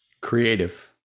Creative